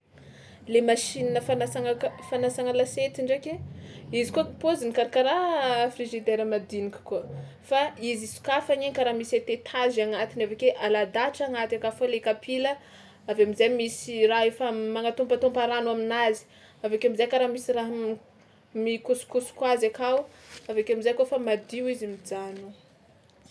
Le machine fanasana ka- fanasana lasiety ndraiky e, izy koa paoziny karakaraha frigidaire madinika koa fa izy sokafagna karaha misy ététage agnatiny avy ake alahadahatra agnaty akanfao le kapila avy eo am'zay misy raha efa manatopatopa rano aminazy avy akeo am'zay karaha misy raha m- mikosokosoko azy akao avy akeo am'zao kaofa madio izy mijano.